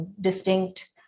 distinct